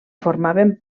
formaven